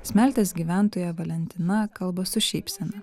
smeltės gyventoja valentina kalba su šypsena